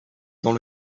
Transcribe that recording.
dans